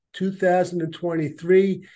2023